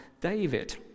David